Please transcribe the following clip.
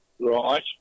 Right